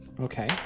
Okay